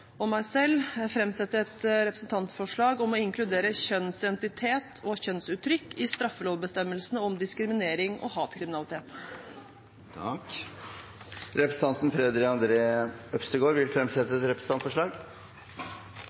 og meg selv framsette et representantforslag om å inkludere kjønnsidentitet og kjønnsuttrykk i straffelovbestemmelsene om diskriminering og hatkriminalitet. Representanten Freddy André Øvstegård vil fremsette et representantforslag. Jeg har gleden av å sette fram et representantforslag